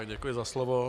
Děkuji za slovo.